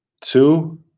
two